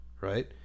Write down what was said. right